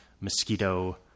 mosquito